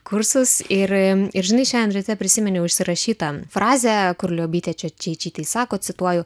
kursus ir ir žinai šian ryte prisiminiau užsirašytą frazę kur liobytė čeičytei sako cituoju